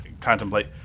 contemplate